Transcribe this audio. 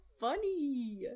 funny